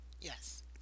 yes